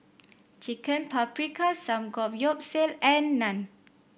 Chicken Paprikas Samgeyopsal and Naan